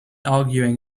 arguing